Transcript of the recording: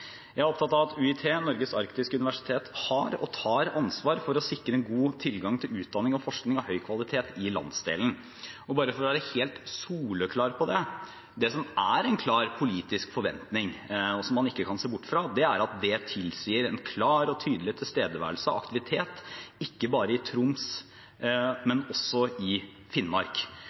Jeg er opptatt av at UiT – Norges arktiske universitet har og tar ansvar for å sikre god tilgang til utdanning og forskning av høy kvalitet i landsdelen. Bare for å være helt soleklar på det: Det som er en klar politisk forventning, og som man ikke kan se bort fra, er at det tilsier en klar og tydelig tilstedeværelse og aktivitet ikke bare i Troms, men også i Finnmark.